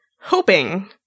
hoping